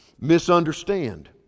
misunderstand